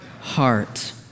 heart